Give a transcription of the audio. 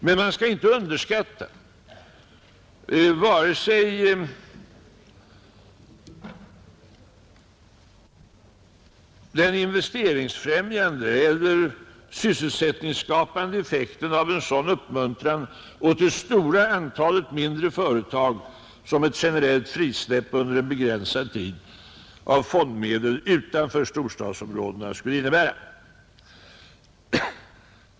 Men man skall inte underskatta vare sig den investeringsfrämjande eller sysselsättningsskapande effekten av en sådan uppmuntran åt det stora antalet mindre företag som ett generellt frisläpp under en begränsad tid av fondmedel utanför storstadsområdena skulle innebära.